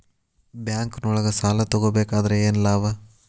ಬ್ಯಾಂಕ್ನೊಳಗ್ ಸಾಲ ತಗೊಬೇಕಾದ್ರೆ ಏನ್ ಲಾಭ?